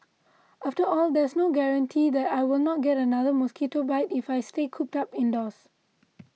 after all there's no guarantee that I will not get another mosquito bite if I stay cooped up indoors